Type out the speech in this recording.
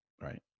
right